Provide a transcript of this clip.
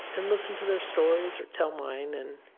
and listen to their stories or tell mine and